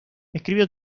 escribió